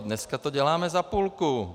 Dneska to děláme za půlku!